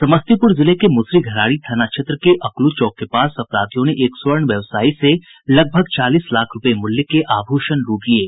समस्तीपुर जिले के मुसरी घरारी थाना क्षेत्र के अकलू चौक के पास अपराधियों ने एक स्वर्ण व्यवसायी से लगभग चालीस लाख रूपये मूल्य के आभूषण लूट लिये